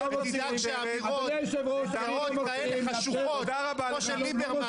ותדאג שאמירות כאלה חשוכות כמו של ליברמן